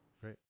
Great